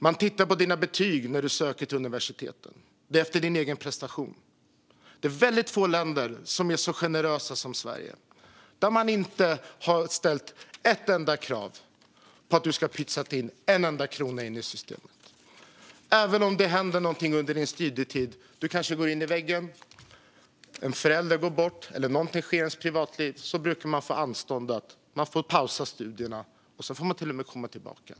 Man tittar på dina betyg när du söker till universiteten. Det är din egen prestation som gäller. Det är väldigt få länder som är så generösa som Sverige. Man har inte ställt ett enda krav på att du ska pytsa in en enda krona in i systemet. Om det händer någonting under ens studietid - man kanske går in i väggen, en förälder går bort eller någonting sker i ens privatliv - brukar man få anstånd, kunna pausa studierna och till och med komma tillbaka.